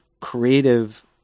creative